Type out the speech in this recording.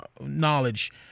knowledge